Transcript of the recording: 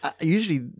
usually